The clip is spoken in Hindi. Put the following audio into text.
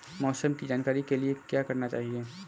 मौसम की जानकारी के लिए क्या करना चाहिए?